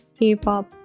k-pop